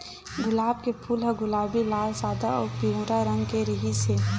गुलाब के फूल ह गुलाबी, लाल, सादा अउ पिंवरा रंग के रिहिस हे